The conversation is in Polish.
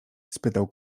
spytał